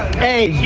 hey,